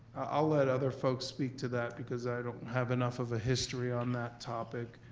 i'll let other folks speak to that, because i don't have enough of a history on that topic.